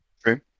True